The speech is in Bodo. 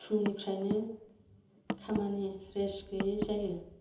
फुंनिफ्रायनो खामानि रेस्त गैयै जायो